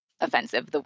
offensive